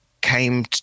came